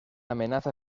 amenaza